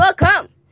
welcome